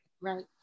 Right